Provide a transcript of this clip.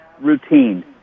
routine